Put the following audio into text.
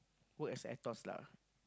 work as ATOS lah